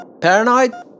Paranoid